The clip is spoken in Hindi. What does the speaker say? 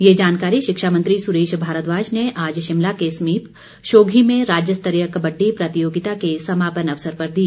ये जानकारी शिक्षा मंत्री सुरेश भारद्वाज ने आज शिमला के समीप शोधी में राज्यस्तरीय कबड्डी प्रतियोगिता के समापन अवसर पर दी